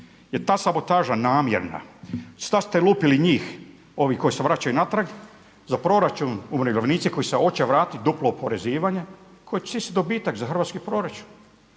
jer ta sabotaža namjerna? Sad ste lupili njih, ove koji se vraćaju natrag, za proračun umirovljenici koje se oće vratiti duplo oporezivanje koje je čisti dobitak za hrvatski proračun.